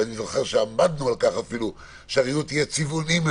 אני זוכר שעמדנו על-כך שהריהוט יהיה צבעוני,